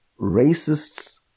racists